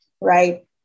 Right